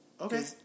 Okay